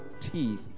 teeth